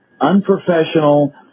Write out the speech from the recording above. unprofessional